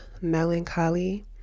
melancholy